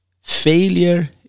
failure